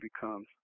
becomes